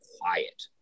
quiet